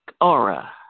aura